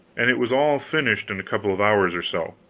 and it was all finished in a couple of hours or so.